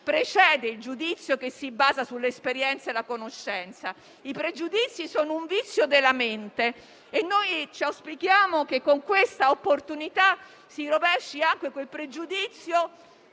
precede il giudizio, che si basa sull'esperienza e la conoscenza. I pregiudizi sono un vizio della mente e noi auspichiamo che con questa opportunità si rovesci anche quel pregiudizio